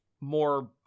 more